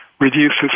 reduces